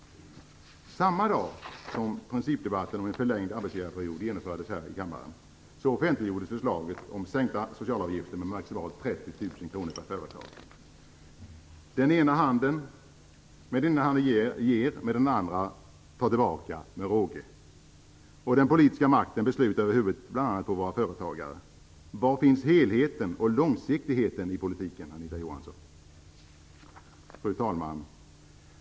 Samma dag som principdebatten om en förlängd arbetsgivarperiod genomfördes här i kammaren offentliggjordes förslaget om sänkta socialavgifter med maximalt 30 000 kr per företag. Den ena handen ger medan den andra tar tillbaka med råge. Den politiska makten beslutar över huvudet på bl.a. våra företagare. Var finns helheten och långsiktigheten i politiken, Fru talman!